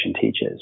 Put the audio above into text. teachers